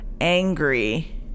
angry